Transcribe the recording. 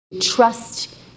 Trust